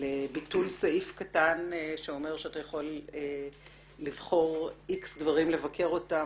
על ביטול סעיף קטן שאומר שאתה יכול לבחור X דברים לבקר אותם